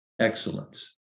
excellence